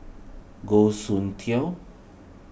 Goh Soon Tioe